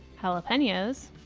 jalapenos,